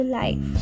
life